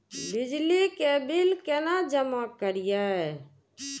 बिजली के बिल केना जमा करिए?